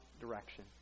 direction